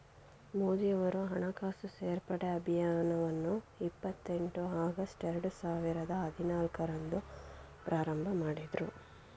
ಮೋದಿಯವರು ಹಣಕಾಸು ಸೇರ್ಪಡೆ ಅಭಿಯಾನವನ್ನು ಇಪ್ಪತ್ ಎಂಟು ಆಗಸ್ಟ್ ಎರಡು ಸಾವಿರದ ಹದಿನಾಲ್ಕು ರಂದು ಪ್ರಾರಂಭಮಾಡಿದ್ರು